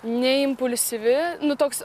ne impulsyvi nu toks